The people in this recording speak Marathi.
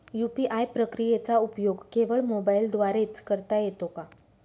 यू.पी.आय प्रक्रियेचा उपयोग केवळ मोबाईलद्वारे च करता येतो का?